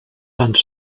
sants